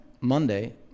Monday